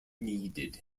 needed